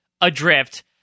Adrift